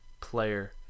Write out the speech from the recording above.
player